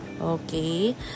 okay